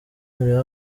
urebe